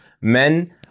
Men